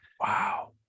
Wow